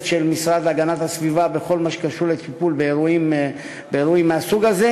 של המשרד להגנת הסביבה בכל מה שקשור לטיפול באירועים מהסוג הזה.